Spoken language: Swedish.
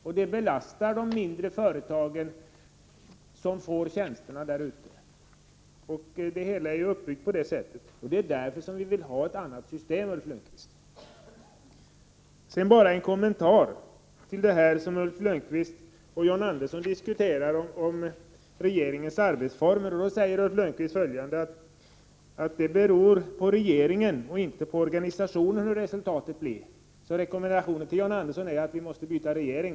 Detta belastar de mindre företag som får tjänsterna. Det hela är uppbyggt på det sättet, och det är därför som vi vill ha ett annat system, Ulf Lönnqvist. Till sist vill jag bara göra en kommentar till det som Ulf Lönnqvist och John Andersson diskuterar, nämligen regeringens arbetsformer. Ulf Lönnqvist säger att det beror på regeringen och inte på dess organisation hur resultatet blir. Min rekommendation till John Andersson blir då att vi måste byta regering.